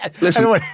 listen